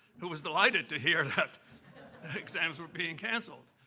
who was delighted to hear that exams were being canceled.